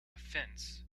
offence